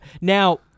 Now